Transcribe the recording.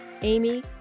Amy